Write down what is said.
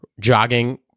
jogging